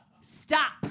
stop